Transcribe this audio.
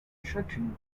shutting